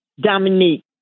Dominique